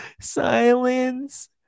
Silence